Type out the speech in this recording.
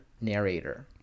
narrator